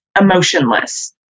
emotionless